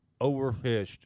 overfished